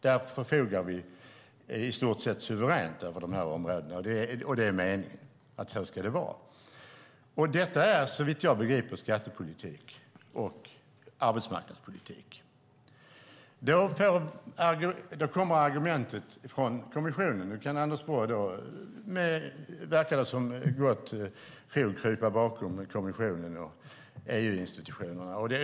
Därför förfogar vi i stort sett suveränt över dessa områden, och det är meningen att det ska vara så. Detta är såvitt jag begriper skattepolitik och arbetsmarknadspolitik. Nu verkar det som att Anders Borg med gott fog kan krypa bakom kommissionen och EU-institutionerna.